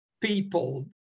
people